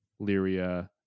Lyria